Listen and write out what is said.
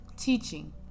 teaching